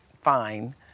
fine